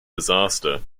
disaster